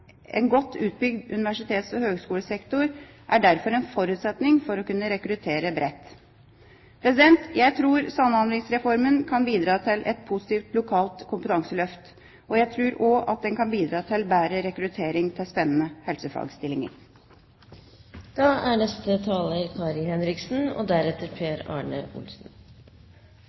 En godt utbygd universitets- og høgskolesektor er derfor en forutsetning for å kunne rekruttere bredt. Jeg tror Samhandlingsreformen kan bidra til et positivt lokalt kompetanseløft. Jeg tror også at den kan bidra til bedre rekruttering til spennende helsefagstillinger. Vi sitter i Stortinget i dag og